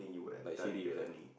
like Siri like that